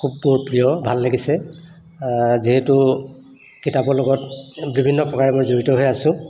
খুব মোৰ প্ৰিয় ভাল লাগিছে যিহেতু কিতাপৰ লগত বিভিন্ন প্ৰকাৰে মই জড়িত হৈ আছোঁ